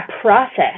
process